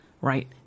right